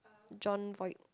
Jon-Voight